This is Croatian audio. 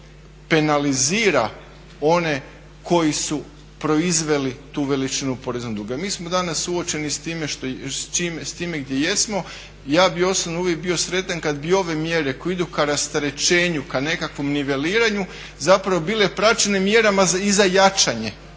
zapravo penalizira one koji su proizveli tu veličinu poreznog duga. Mi smo danas suočeni s time gdje jesmo. Ja bih osobno uvijek bio sretan kad bi ove mjere koje idu ka rasterećenju, ka nekakvom niveliranju zapravo bile praćene mjerama i za jačanje